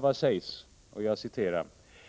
Vad sägs om dessa: